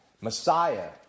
Messiah